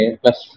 plus